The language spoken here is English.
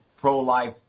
pro-life